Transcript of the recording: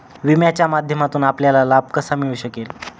विम्याच्या माध्यमातून आपल्याला लाभ कसा मिळू शकेल?